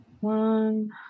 one